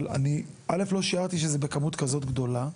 אבל א' לא שיערתי שזה בכמות כזו גדולה.